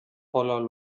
voller